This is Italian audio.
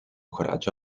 coraggio